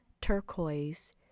turquoise